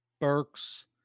Burks